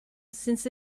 since